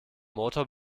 motor